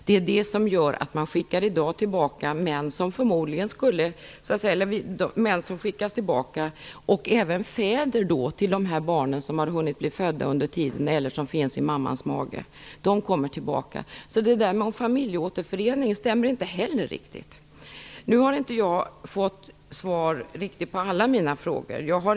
Det är detta som gör att man i dag skickar tillbaka män och även fäder till de barn som har hunnit födas under tiden eller som finns i mammans mage. Det som sades om familjeåterförening stämmer alltså inte riktigt. Jag har inte fått svar på alla mina frågor.